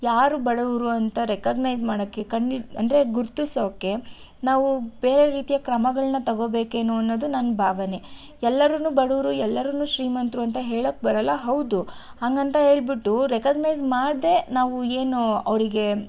ಯಾರು ಬಡವ್ರು ಅಂತ ರೆಕಗ್ನೈಸ್ ಮಾಡೋಕ್ಕೆ ಕಂಡು ಹಿಡ್ ಅಂದರೆ ಗುರ್ತಿಸೋಕ್ಕೆ ನಾವು ಬೇರೆ ರೀತಿಯ ಕ್ರಮಗಳನ್ನ ತೊಗೊಬೇಕೇನೋ ಅನ್ನೋದು ನನ್ನ ಭಾವನೆ ಎಲ್ಲರನ್ನೂ ಬಡವರು ಎಲ್ಲರನ್ನೂ ಶ್ರೀಮಂತರು ಅಂತ ಹೇಳಕ್ಕೆ ಬರೋಲ್ಲ ಹೌದು ಹಾಗಂತ ಹೇಳ್ಬಿಟ್ಟು ರೆಕಗ್ನೈಸ್ ಮಾಡದೇ ನಾವು ಏನು ಅವರಿಗೆ